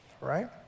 right